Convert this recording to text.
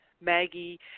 Maggie